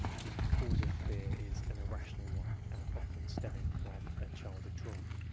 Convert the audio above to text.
the cause of fear is an irrational one, and often stemming from a childhood trauma.